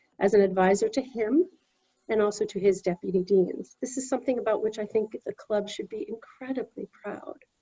as an advisor to him and also to his deputy deans. this is something about which i think the club should be incredibly proud